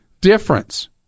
difference